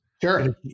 Sure